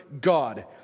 God